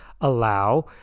allow